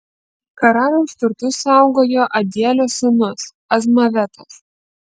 karaliaus turtus saugojo adielio sūnus azmavetas